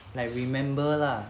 like remember lah